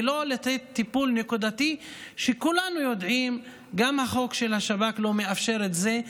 ולא לתת טיפול נקודתי כשכולנו יודעים שגם החוק של השב"כ לא מאפשר את זה,